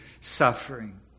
suffering